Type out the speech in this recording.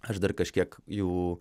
aš dar kažkiek jų